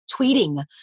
tweeting